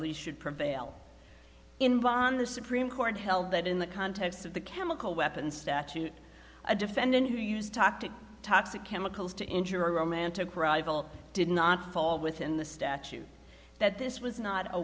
those should prevail in bonn the supreme court held that in the context of the chemical weapons statute a defendant who used talk to toxic chemicals to injure a romantic rival did not fall within the statute that this was not a